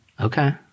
Okay